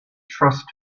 trust